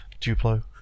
Duplo